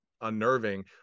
unnerving